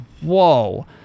whoa